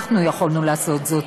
אנחנו יכולנו לעשות זאת.